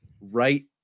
right